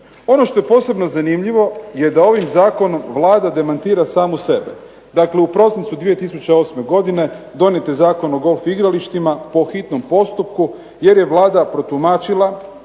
Ono što je posebno zanimljivo je da ovim zakonom Vlada demantira samu sebe, dakle u prosincu 2008. godine donijet je Zakon o golf igralištima po hitnom postupku jer je Vlada protumačila,